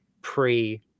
pre